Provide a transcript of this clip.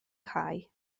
cau